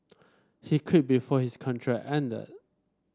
he quit before his contract ended